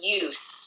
use